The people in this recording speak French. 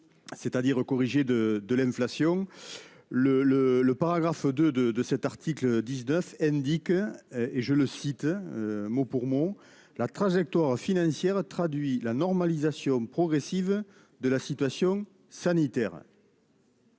C'est-à-dire corrigés de de l'inflation. Le le le paragraphe de de de cet article 19. Elle dit que et je le cite mot pour mot la trajectoire financière traduit la normalisation progressive de la situation sanitaire.